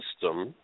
system